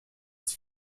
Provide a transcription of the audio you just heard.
its